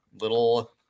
little